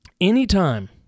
anytime